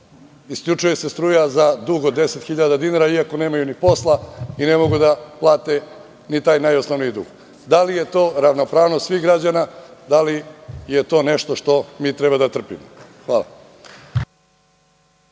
isključuje se struja za dug od 10.000 dinara, iako nemaju ni posla i ne mogu da plate ni taj najosnovniji dug. Da li je to ravnopravnost svih građana? Da li je to nešto što mi treba da trpimo? Hvala.